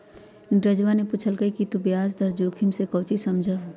नीरजवा ने पूछल कई कि तू ब्याज दर जोखिम से काउची समझा हुँ?